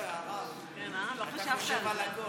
אתה חושב על הכול